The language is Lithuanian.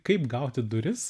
kaip gauti duris